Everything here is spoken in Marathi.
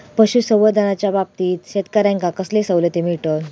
पशुसंवर्धनाच्याबाबतीत शेतकऱ्यांका कसले सवलती मिळतत?